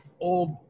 old